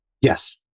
Yes